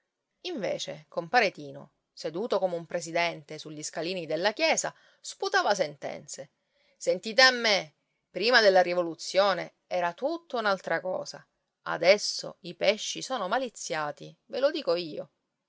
invece compare tino seduto come un presidente sugli scalini della chiesa sputava sentenze sentite a me prima della rivoluzione era tutt'altra cosa adesso i pesci sono maliziati ve lo dico io